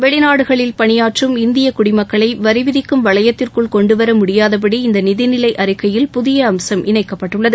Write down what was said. வெளிநாடுகளில் பணியாற்றும் இந்திய குடிமக்களை வரி விதிக்கும் வளையத்திற்குள் கொண்டுவர முடியாதபடி இந்த நிதிநிலை அறிக்கையில் புதிய அம்சம் இணைக்கப்பட்டுள்ளது